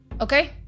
Okay